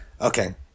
Okay